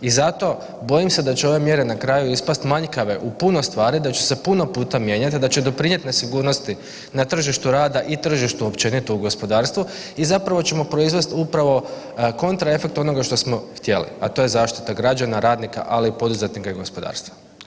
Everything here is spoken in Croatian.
I zato, bojim se da će ove mjere na kraju ispasti manjkave u puno stvari, da će se puno puta mijenjati, da će doprinijeti nesigurnosti na tržištu rada i tržištu općenito u gospodarstvu i zapravo ćemo proizvesti upravo kontraefekt onoga što smo htjeli, a to je zaštita građana, radnika, ali i poduzetnika i gospodarstva.